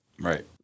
Right